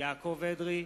יעקב אדרי,